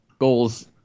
goals